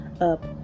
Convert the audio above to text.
up